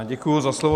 Děkuji za slovo.